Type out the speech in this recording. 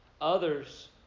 Others